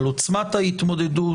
על עוצמת ההתמודדות,